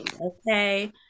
okay